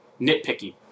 nitpicky